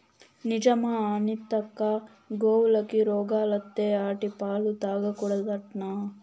నిజమా అనితక్కా, గోవులకి రోగాలత్తే ఆటి పాలు తాగకూడదట్నా